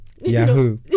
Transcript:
Yahoo